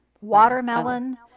Watermelon